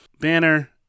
Banner